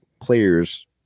players